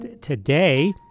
today